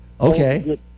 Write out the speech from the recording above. Okay